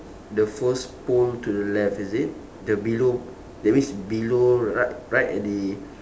the first pole to the left is it the below that means below ri~ right at the